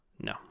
no